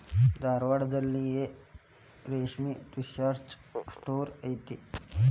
ಧಾರವಾಡದಲ್ಲಿಯೂ ರೇಶ್ಮೆ research centre ಐತಿ